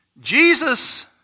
Jesus